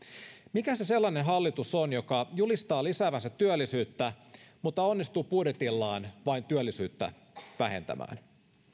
mikä se sellainen hallitus on joka julistaa lisäävänsä työllisyyttä mutta onnistuu budjetillaan vain työllisyyttä vähentämään